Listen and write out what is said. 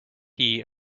gdp